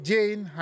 Jane